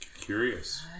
Curious